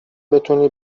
بتونی